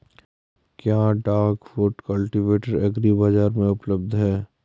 क्या duck foot cultivator agri बाज़ार में उपलब्ध है?